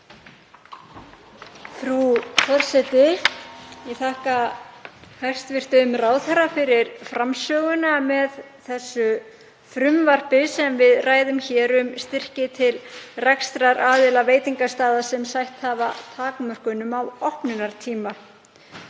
með þessu frumvarpi sem við ræðum hér, um styrki til rekstraraðila veitingastaða sem sætt hafa takmörkunum á opnunartíma.